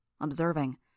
observing